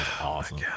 awesome